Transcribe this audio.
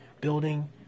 building